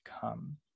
come